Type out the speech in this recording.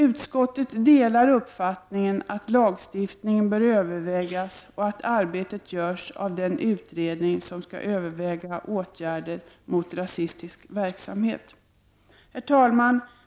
Utskottet delar uppfattningen att lagstiftningen bör övervägas och att arbetet skall göras av den utredning som skall överväga åtgärder mot rasistisk verksamhet. Herr talman!